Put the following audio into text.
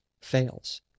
fails